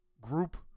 group